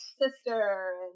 sister